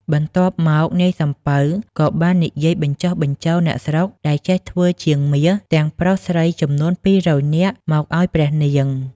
បន្ទាប់មក នាយសំពៅក៏បាននិយាយបញ្ចុះបញ្ចូលអ្នកស្រុកដែលចេះធ្វើជាងមាស ទាំងប្រុសស្រីចំនួន ២០០ នាក់ មកអោយព្រះនាង។